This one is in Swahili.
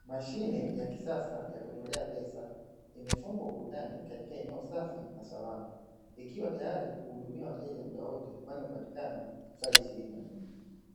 Mashine ya kisasa ya chine ya kisasa ya kutolea pesa imefungwa ukudhani katika eneo safi na salama ikiwa tayari kuhudumia wateja muda wote, kwani hupatikana saa ishirini na nne,